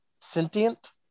sentient